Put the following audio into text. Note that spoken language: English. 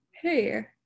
hey